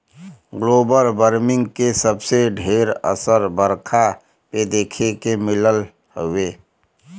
global warming के सबसे ढेर असर बरखा पे देखे के मिलत हउवे